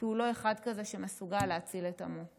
כי הוא לא אחד כזה שמסוגל להציל את עמו.